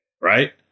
right